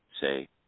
say